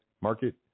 market